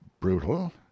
Brutal